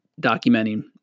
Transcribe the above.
documenting